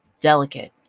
delicate